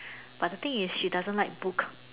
but the thing is she doesn't like book